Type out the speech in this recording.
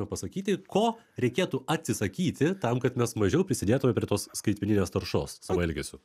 pasakyti ko reikėtų atsisakyti tam kad mes mažiau prisidėtume prie tos skaitmeninės taršos savo elgesiu